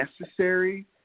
necessary